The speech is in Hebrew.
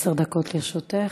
עשר דקות לרשותך.